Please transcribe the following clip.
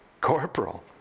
Corporal